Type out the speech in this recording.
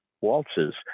waltzes